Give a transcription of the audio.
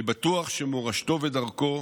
אני בטוח שמורשתו ודרכו